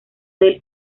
del